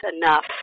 enough